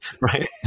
right